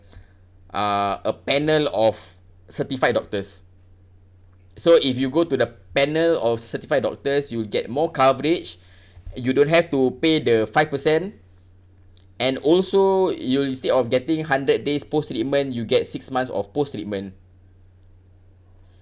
uh a panel of certified doctors so if you go to the panel of certified doctors you'll get more coverage you don't have to pay the five percent and also you'll instead of getting hundred days post treatment you'll get six months of post treatment